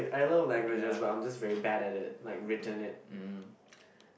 ya mm